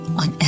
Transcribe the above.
on